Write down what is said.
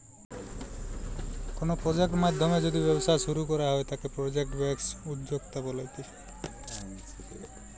কোনো প্রজেক্ট নাধ্যমে যদি ব্যবসা শুরু করা হয় তাকে প্রজেক্ট বেসড উদ্যোক্তা বলতিছে